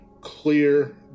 clear